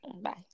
Bye